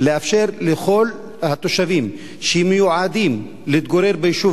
לאפשר לכל התושבים שמתגוררים ביישוב